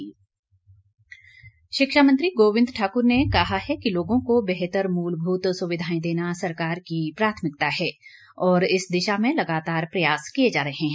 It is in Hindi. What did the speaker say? गोविंद ठाकुर शिक्षा मंत्री गोविंद ठाकुर ने कहा है कि लोगों को बेहतर मूलभूत सुविधाएं देना सरकार की प्राथमिकता है और इस दिशा में लगातार प्रयास किए जा रहें है